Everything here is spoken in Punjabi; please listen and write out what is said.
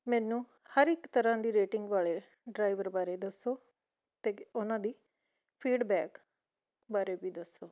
ਮੈਨੂੰ ਹਰ ਇੱਕ ਤਰ੍ਹਾਂ ਦੀ ਰੇਟਿੰਗ ਵਾਲੇ ਡਰਾਈਵਰ ਬਾਰੇ ਦੱਸੋ ਅਤੇ ਉਹਨਾਂ ਦੀ ਫੀਡਬੈਕ ਬਾਰੇ ਵੀ ਦੱਸੋ